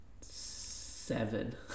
seven